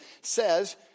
says